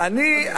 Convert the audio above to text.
אתם יודעים,